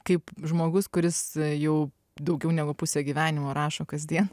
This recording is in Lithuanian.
kaip žmogus kuris jau daugiau negu pusę gyvenimo rašo kasdien